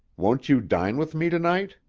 won't you dine with me to-night?